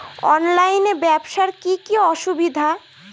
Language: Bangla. অনলাইনে ব্যবসার কি কি অসুবিধা?